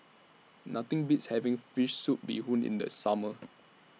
Nothing Beats having Fish Soup Bee Hoon in The Summer